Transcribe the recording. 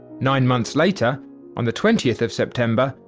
nine months later on the twentieth of september,